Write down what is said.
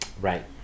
Right